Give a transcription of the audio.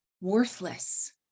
worthless